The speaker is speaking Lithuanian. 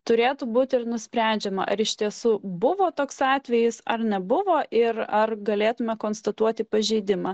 turėtų būt ir nusprendžiama ar iš tiesų buvo toks atvejis ar nebuvo ir ar galėtumėme konstatuoti pažeidimą